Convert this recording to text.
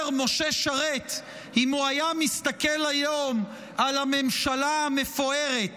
משה שרת אם הוא היה מסתכל היום על הממשלה המפוארת